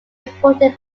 imported